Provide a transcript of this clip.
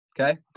okay